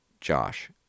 Josh